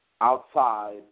outside